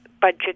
budget